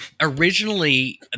Originally